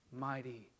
mighty